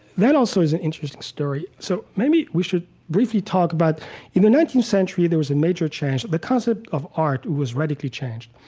that also is an interesting story. so maybe we should briefly talk about in the nineteenth century, there was a major change. the concept of art was radically changed.